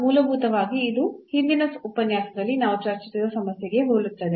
ಮೂಲಭೂತವಾಗಿ ಇದು ಹಿಂದಿನ ಉಪನ್ಯಾಸದಲ್ಲಿ ನಾವು ಚರ್ಚಿಸಿದ ಸಮಸ್ಯೆಗೆ ಹೋಲುತ್ತದೆ